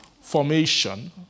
formation